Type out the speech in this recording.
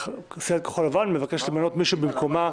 סיעת כחול לבן מבקשת למנות מישהו במקומה